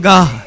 God